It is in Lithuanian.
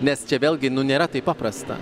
nes čia vėlgi nu nėra taip paprasta